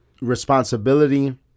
responsibility